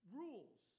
rules